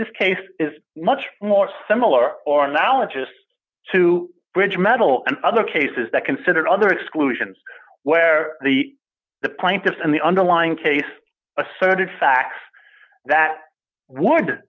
this case is much more similar or analogy just to bridge metal and other cases that considered other exclusions where the the plaintiffs in the underlying case asserted facts that wo